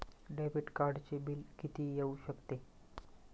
Debit कार्डचे bill किती येऊ शकते?